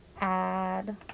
add